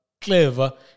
Clever